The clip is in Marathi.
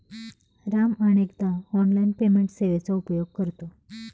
राम अनेकदा ऑनलाइन पेमेंट सेवेचा उपयोग करतो